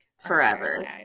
forever